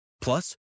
Plus